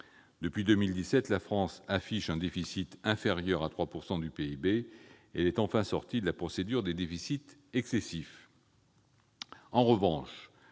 Depuis 2017, la France a un déficit inférieur à 3 % du PIB et elle est enfin sortie de la procédure de déficit excessif. En revanche,